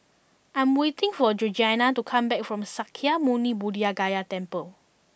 I am waiting for Georgianna to come back from Sakya Muni Buddha Gaya Temple